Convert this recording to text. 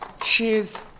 Cheers